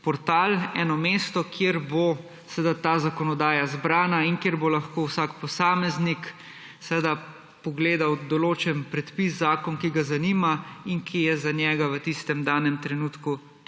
portal, eno mesto, kjer bo seveda ta zakonodaja zbrana in kjer bo lahko vsak posameznik pogledal določen predpis, zakon, ki ga zanima in ki je za njega v tistem danem trenutku